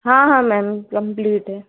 हाँ हाँ ma'am complete है